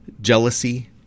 jealousy